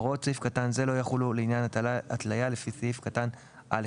הוראות סעיף קטן זה לא יחולו לעניין התליה לפי סעיף קטן (א)(4).